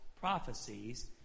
prophecies